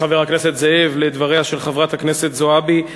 חבר הכנסת זאב, לדבריה של חברת הכנסת זועבי.